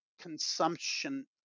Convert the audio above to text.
consumption